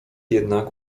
jednak